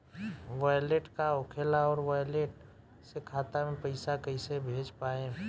Wallet का होखेला और वैलेट से खाता मे पईसा कइसे भेज पाएम?